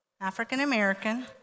African-American